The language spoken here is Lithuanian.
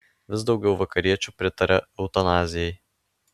vis daugiau vakariečių pritaria eutanazijai